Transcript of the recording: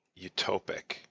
utopic